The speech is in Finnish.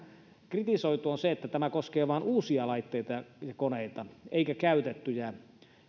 kritisoitu on se että tämä koskee vain uusia laitteita ja koneita eikä käytettyjä